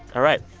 all right.